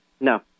No